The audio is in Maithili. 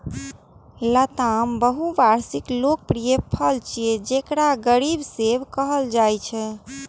लताम बहुवार्षिक लोकप्रिय फल छियै, जेकरा गरीबक सेब कहल जाइ छै